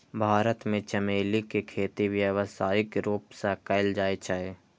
भारत मे चमेली के खेती व्यावसायिक रूप सं कैल जाइ छै